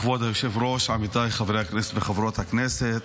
כבוד היושב-ראש, עמיתיי חברי הכנסת וחברות הכנסת,